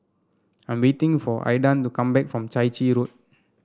I am waiting for Aidan to come back from Chai Chee Road